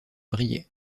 briey